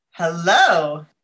Hello